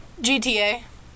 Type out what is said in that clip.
GTA